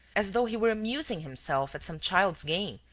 as though he were amusing himself at some child's game,